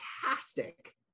Fantastic